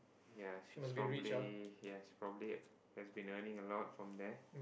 ya she's probably ya she's probably has been earning a lot from there